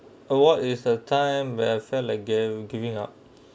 uh what is a time where I felt like gav~ giving up